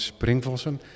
Springvossen